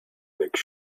make